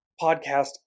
podcast